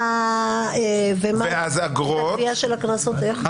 לאגרות בלבד.